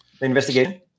investigation